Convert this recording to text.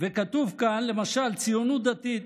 וכתוב כאן, למשל, ציונות דתית.